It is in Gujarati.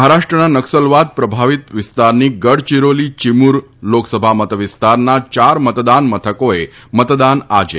મહારાષ્ટ્રના નકસલવાદ પ્રભાવીત વિસ્તારની ગડચીરોલી ચીમુર લોકસભા મત વિસ્તારના ચાર મતદાન મથકોએ મતદાન આજે